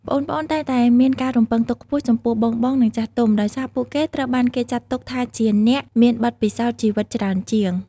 ប្អូនៗតែងតែមានការរំពឹងទុកខ្ពស់ចំពោះបងៗ និងចាស់ទុំ ដោយសារពួកគេត្រូវបានគេចាត់ទុកថាជាអ្នកមានបទពិសោធន៍ជីវិតច្រើនជាង។